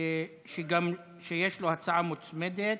שיש לו הצעה מוצמדת.